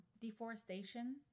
deforestation